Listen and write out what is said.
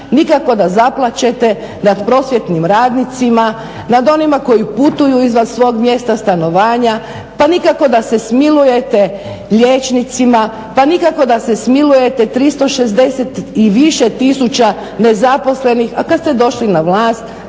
nikako da zaplačete nad prosvjetnim radnicima, nad onima koji putuju izvan svog mjesta stanovanja pa nikako da se smilujete liječnicima, pa nikako da se smilujete 360 i više tisuća nezaposlenih, a kad ste došli na vlast